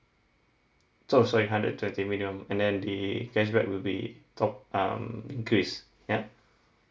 so sorry hundred twenty minimum and then the cashback will be top um increase ya